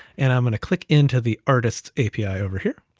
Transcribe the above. and i'm gonna click into the artists api over here.